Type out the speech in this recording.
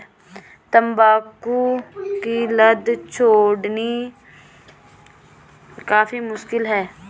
तंबाकू की लत छोड़नी काफी मुश्किल है